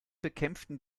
bekämpften